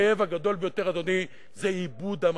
שהכאב הגדול ביותר, אדוני, זה איבוד הממלכתיות.